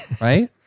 right